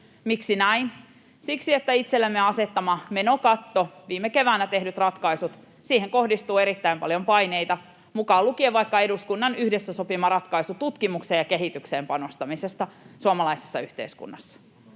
Miksi näin? Siksi, että itsellemme asettamaan menokattoon, viime keväänä tehtyihin ratkaisuihin, kohdistuu erittäin paljon paineita, mukaan lukien vaikka eduskunnan yhdessä sopima ratkaisu tutkimukseen ja kehitykseen panostamisesta suomalaisessa yhteiskunnassa.